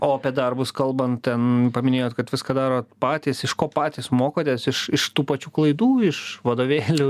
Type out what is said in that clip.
o apie darbus kalbant ten paminėjot kad viską darot patys iš ko patys mokotės iš iš tų pačių klaidų iš vadovėlių